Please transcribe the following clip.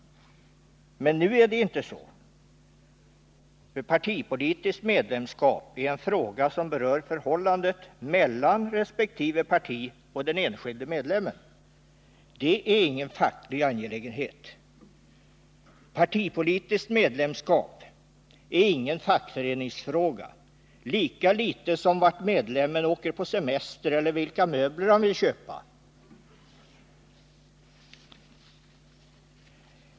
Men nu är det inte så, för partipolitiskt medlemskap är en fråga som gäller förhållandet mellan resp. parti och den enskilda medlemmen. Det är ingen facklig angelägenhet. Partipolitiskt medlemskap är ingen fackföreningsfråga, lika litet som vart medlemmen åker på semester eller vilka möbler han vill köpa.